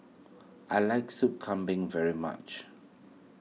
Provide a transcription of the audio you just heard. I like Sop Kambing very much